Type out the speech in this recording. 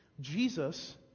Jesus